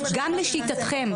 גם לשיטתכם,